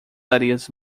areias